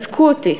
אזקו אותי,